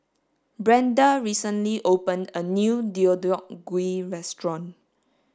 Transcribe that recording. Brenda recently opened a new Deodeok Gui restaurant